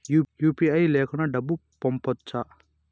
UPI లేకుండా డబ్బు పంపొచ్చా